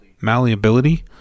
malleability